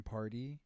Party